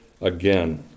again